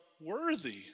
worthy